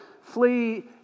flee